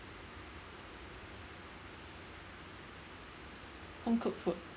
home-cooked food